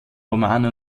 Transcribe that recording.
romane